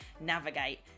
navigate